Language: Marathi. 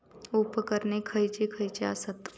उपकरणे खैयची खैयची आसत?